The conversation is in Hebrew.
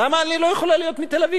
למה אני לא יכולה להיות מתל-אביב?